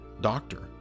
doctor